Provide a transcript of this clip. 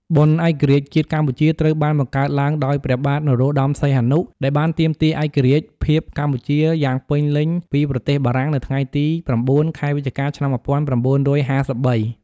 បុណ្យឯករាជ្យជាតិកម្ពុជា ត្រូវបានបង្កើតឡើងដោយព្រះបាទ នរោត្តមសីហនុ ដែលបានទាមទារឯករាជ្យភាពកម្ពុជាយ៉ាងពេញលេញពី ប្រទេសបារាំង នៅថ្ងៃទី ៩ ខែវិច្ឆិកា ឆ្នាំ ១៩៥៣ ។